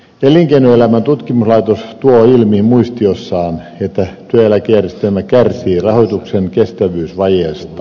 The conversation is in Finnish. elinkeinoelämän tutkimuslaitos tuo ilmi muistiossaan että työeläkejärjestelmä kärsii rahoituksen kestävyysvajeesta